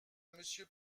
monsieur